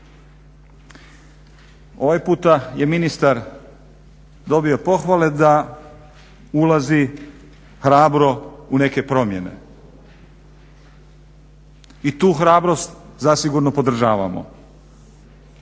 Ovaj puta je ministar dobio pohvale da ulazi hrabro u neke promjene. I tu hrabrost zasigurno podržavamo.